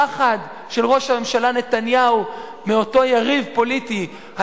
הפחד של ראש הממשלה נתניהו מאותו יריב פוליטי,